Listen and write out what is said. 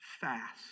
fast